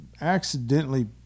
accidentally